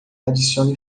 adicione